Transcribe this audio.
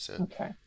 Okay